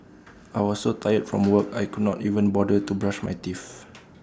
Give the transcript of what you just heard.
I was so tired from work I could not even bother to brush my teeth